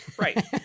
Right